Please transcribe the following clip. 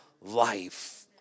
life